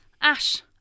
Ash